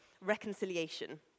reconciliation